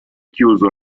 chiuso